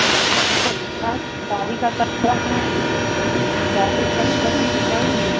गाड़ी का गाड़ी का कमी थोड़ा हीं हैं